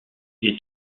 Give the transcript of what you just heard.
est